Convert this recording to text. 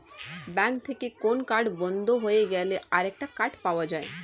bank থেকে কোন card বন্ধ হয়ে গেলে আরেকটা কার্ড পাওয়া যায়